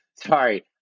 sorry